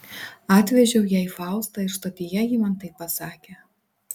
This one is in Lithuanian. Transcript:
atvežiau jai faustą ir stotyje ji man tai pasakė